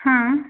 ಹಾಂ